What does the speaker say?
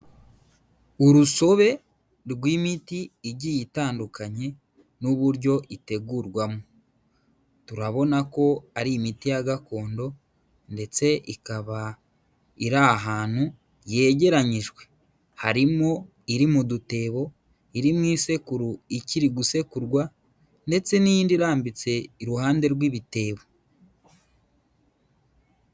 Urusobe rw'imiti igiye itandukanye n'uburyo itegurwamo, turabona ko ari imiti ya gakondo ndetse ikaba iri ahantu yegeranyijwe, harimo iri mu dutebo, iri mu isekuru ikiri gusekurwa ndetse n'indi irambitse iruhande rw'ibitebo.